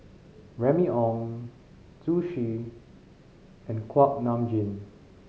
Remy Ong Zhu Xu and Kuak Nam Jin